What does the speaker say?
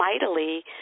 mightily